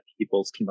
people's